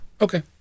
Okay